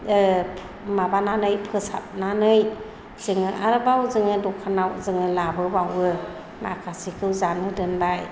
माबानानै फोसाबनानै जोङो आरोबाव जोङो दखानाव जोङो लाबोबावो माखासेखौ जानो दोनबाय